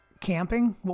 camping